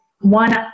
one